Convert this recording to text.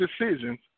decisions